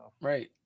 right